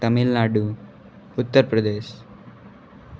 Tamil Nadu Uttar Pradesh